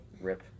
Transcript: Rip